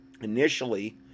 initially